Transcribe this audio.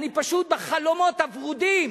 אני פשוט בחלומות הוורודים